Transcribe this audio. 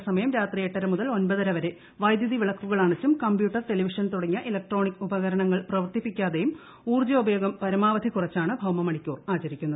പ്രാദ്യേക്ക് സമയം രാത്രി എട്ടര മുതൽ ഒമ്പതര വരെ വൈദ്യുതിറ്റ്വിളക്കുകൾ അണച്ചും കമ്പ്യൂട്ടർ ടെലിവിഷൻ തുടങ്ങിയൂ ഇ്ലക്ട്രോണിക് ഉപകരണങ്ങൾ പ്രവർത്തിപ്പിക്കാതെയും ളക്ർജോപയോഗം പരമാവധി കുറച്ചാണ് ഭൌമ മണിക്കൂർ ആചരിക്ക്കുന്നത്